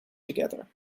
together